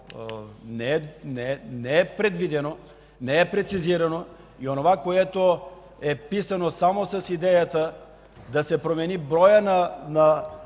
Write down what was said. не е предвидено, не е прецизирано и онова, което е писано само с идеята да се промени броя на